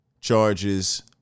charges